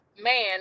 man